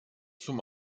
zum